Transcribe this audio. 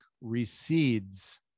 recedes